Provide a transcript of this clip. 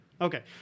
Okay